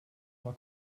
war